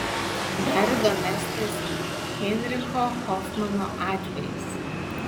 dar įdomesnis heinricho hofmano atvejis